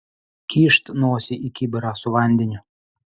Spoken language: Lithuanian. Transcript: kyšt nosį į kibirą su vandeniu